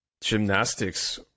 gymnastics